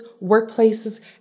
workplaces